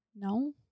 No